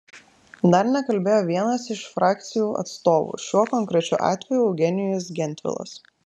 dar nekalbėjo vienas iš frakcijų atstovų šiuo konkrečiu atveju eugenijus gentvilas